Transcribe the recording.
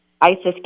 ISIS